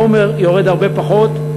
בעומר יורד הרבה פחות,